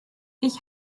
ich